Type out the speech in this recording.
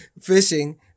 fishing